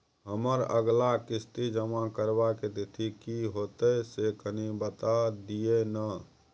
हमर अगला किस्ती जमा करबा के तिथि की होतै से कनी बता दिय न?